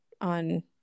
on